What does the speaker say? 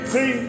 See